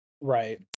right